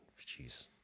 Jeez